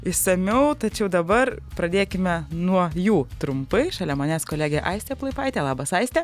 išsamiau tačiau dabar pradėkime nuo jų trumpai šalia manęs kolegė aistė plaipaitė labas aiste